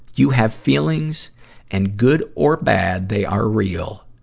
you have feelings and good or bad they are real.